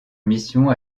mission